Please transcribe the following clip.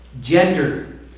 gender